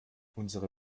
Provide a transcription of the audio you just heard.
unsere